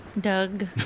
Doug